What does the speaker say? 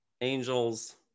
angels